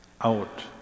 out